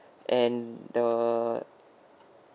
and the